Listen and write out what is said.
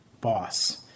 boss